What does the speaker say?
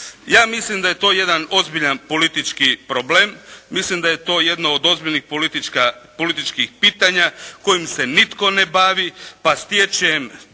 Ja mislim da je to jedan ozbiljan politički problem. Mislim da je to jedna od ozbiljnih političkih pitanja kojim se nitko ne bavi pa stječem